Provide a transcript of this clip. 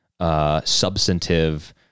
substantive